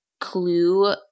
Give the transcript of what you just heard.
clue